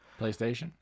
PlayStation